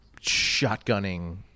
shotgunning